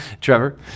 Trevor